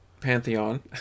pantheon